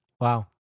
Wow